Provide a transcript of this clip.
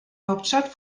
hauptstadt